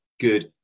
good